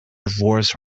voice